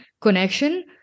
connection